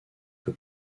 peu